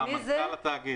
זה מנכ"ל התאגיד.